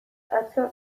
atzo